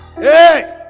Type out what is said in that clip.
hey